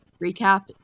recap